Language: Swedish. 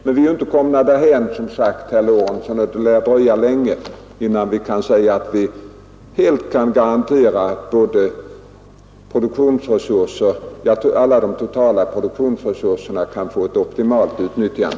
Men vi har ännu inte kommit dithän — och det lär dröja länge ännu, herr Lorentzon — att vi helt kan garantera att de totala produktionsresurserna alltid utnyttjas optimalt.